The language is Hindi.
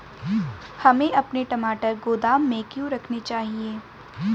हमें अपने टमाटर गोदाम में क्यों रखने चाहिए?